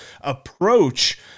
approach